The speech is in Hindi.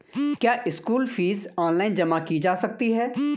क्या स्कूल फीस ऑनलाइन जमा की जा सकती है?